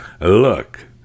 Look